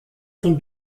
von